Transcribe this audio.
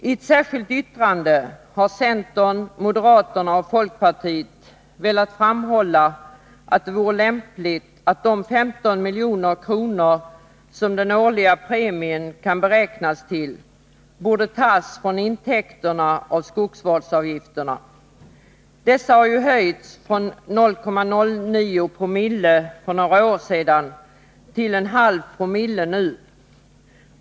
I ett särskilt yttrande har centern, moderaterna och folkpartiet velat framhålla att det vore lämpligt att ta de 15 milj.kr. som den årliga premien kan beräknas till från intäkterna av skogsvårdsavgifterna. Dessa har höjts från 0,09 Joo för några år sedan till 0,5 Jo nu.